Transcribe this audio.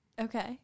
Okay